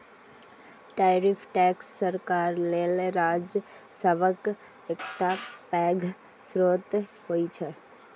tariff tax सरकार लेल राजस्वक एकटा पैघ स्रोत होइ छै